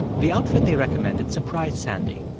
the outfit they recommended surprised sandy.